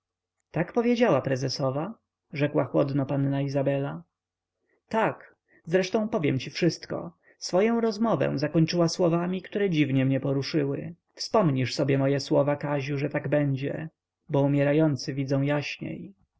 tak powiedziała prezesowa rzekła chłodno panna izabela tak zresztą powiem ci wszystko swoję rozmowę zakończyła słowami które dziwnie mnie poruszyły wspomnisz sobie moje słowa kaziu że tak będzie bo umierający widzą jaśniej